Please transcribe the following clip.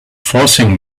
forcing